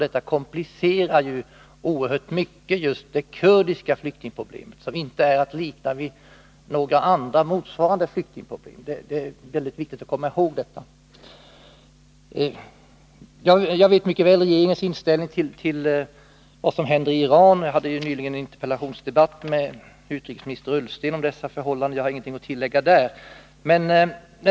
Detta komplicerar oerhört mycket just det kurdiska flyktingproblemet, som inte är att likna vid några motsvarande flyktingproblem. Det är väldigt viktigt att komma ihåg detta. Jag känner mycket väl till regeringens inställning till vad som händer i Iran — jag hade ju nyligen en interpellationsdebatt med utrikesminister Ola Ullsten om dessa förhållanden. Jag har ingenting att tillägga där.